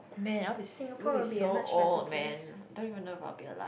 man I'd be we'd be so old man don't even know if I'll be alive